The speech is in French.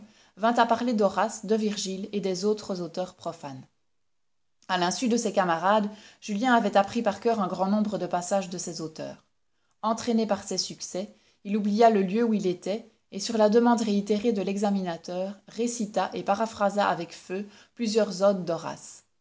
vint à parler d'horace de virgile et des autres auteurs profanes a l'insu de ses camarades julien avait appris par coeur un grand nombre de passages de ces auteurs entraîné par ses succès il oublia le lieu où il était et sur la demande réitérée de l'examinateur récita et paraphrasa avec feu plusieurs odes